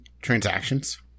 transactions